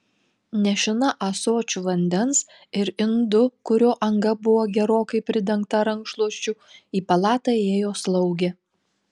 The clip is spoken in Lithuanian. nešina ąsočiu vandens ir indu kurio anga buvo gerokai pridengta rankšluosčiu į palatą įėjo slaugė